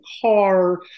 car